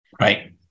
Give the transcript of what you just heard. Right